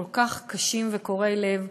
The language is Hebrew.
הכל-כך קשים וקורעי לב,